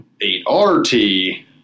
8RT